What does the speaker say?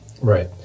Right